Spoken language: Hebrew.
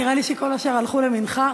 נראה לי שכל השאר הלכו למנחה.